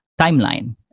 timeline